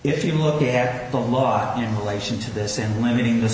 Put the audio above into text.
if you look at the law in relation to this in limiting the